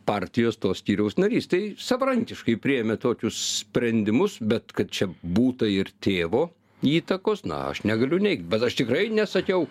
partijos to skyriaus narys tai savarankiškai priėmė tokius sprendimus bet kad čia būta ir tėvo įtakos na aš negaliu neigt bet aš tikrai nesakiau